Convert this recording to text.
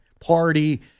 party